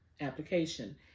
application